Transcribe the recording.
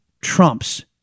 Trumps